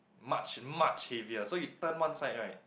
much much heavier so you turn one side right